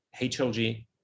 HLG